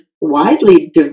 widely